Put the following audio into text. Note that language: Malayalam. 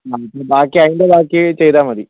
നമ്മുക്ക് ബാക്കി അതിൻ്റെ ബാക്കി ചെയ്താൽ മതി